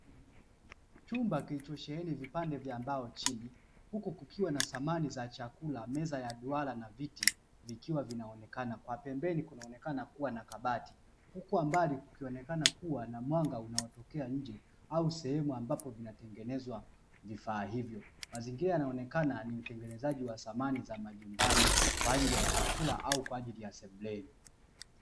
Chumba kilichosheheni vipande vya mbao chini huku kukiwa na samani za chakula, meza ya duara na viti vikiwa vinaonekana, kwa pembeni kunaonekana kuwa na kabati, huku kwa mbali kukionekana kuwa na mwanga unaotokea nje au sehemu ambapo vinatengenezwa vifaa hivyo. Mazingira yanaonekana ni utengenezaji wa samani za majumbani kwa ajili ya chakula au kwa ajili ya sebuleni.